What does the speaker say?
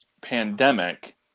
pandemic